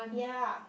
yeah